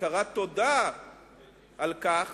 הכרת תודה על כך